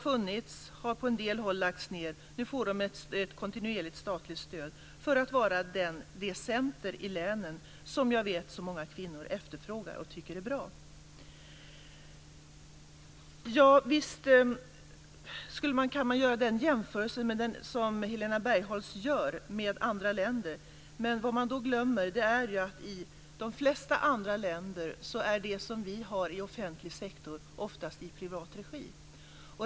Sådana har på en del håll lagts ned, men nu får de ett kontinuerligt statligt stöd för att bli sådana centrum i länen som så många kvinnor efterfrågar och tycker är bra. Visst kan man göra en sådan jämförelse med andra länder som Helena Bargholtz gör, men man glömmer då att det som vi har inom offentlig sektor i många andra länder oftast bedrivs i privat regi.